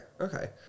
okay